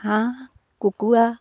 হাঁহ কুকুৰা